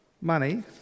money